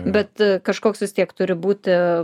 bet kažkoks vis tiek turi būti